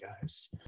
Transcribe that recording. guys